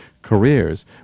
Careers